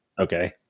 Okay